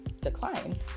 decline